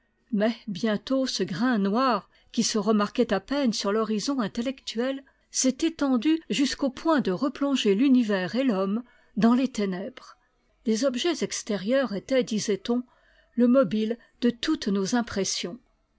mais bientôt ce grain noir qui se remarquait à peine sur l'horizon intellectuel s'est étendu jusqu'au point de replonger l'univers et l'homme'dans lès ténèbres les objets extérieurs étaient disait oh le mobile de toutes nos impressions